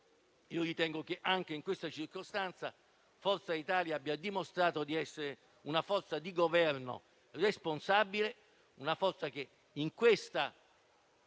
Ritengo che anche in questa circostanza Forza Italia abbia dimostrato di essere una forza di Governo responsabile e in questa